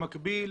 במקביל